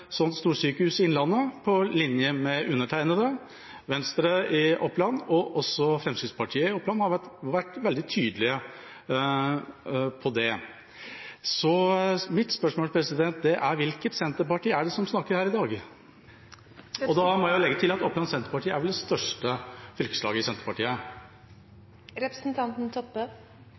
sånt storsykehus i innlandet, på linje med undertegnede. Venstre i Oppland og også Fremskrittspartiet i Oppland har vært veldig tydelige på det. Mitt spørsmål er: Hvilket senterparti er det som snakker her i dag? Da må jeg legge til at Oppland Senterparti vel er det største fylkeslaget i